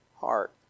heart